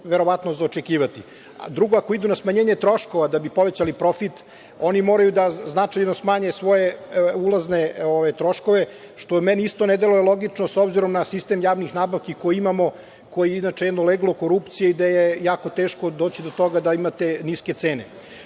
verovatno za očekivati. Drugo, ako idu na smanjenje troškova da bi povećali profit, oni moraju značajno da smanje svoje ulazne troškove, što meni isto ne deluje logično s obzirom na sistem javnih nabavki koji imamo, koji je inače jedno leglo korupcije gde je jako teško doći do toga da imate niske cene.